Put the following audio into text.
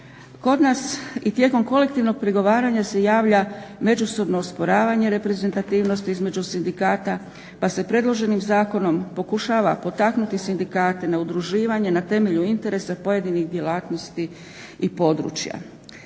Kod nas i tijekom kolektivnog pregovaranja se javlja međusobno osporavanje reprezentativnosti između sindikata pa se predloženim zakonom pokušava potaknuti sindikate na udruživanje na temelju interesa pojedinih djelatnosti i područja.